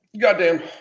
Goddamn